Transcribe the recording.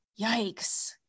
yikes